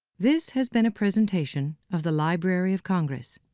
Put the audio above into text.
this has been a presentation of the library of congress.